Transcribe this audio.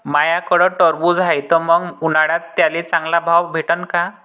माह्याकडं टरबूज हाये त मंग उन्हाळ्यात त्याले चांगला बाजार भाव भेटन का?